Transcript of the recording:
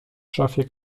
szafie